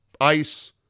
Ice